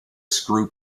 screw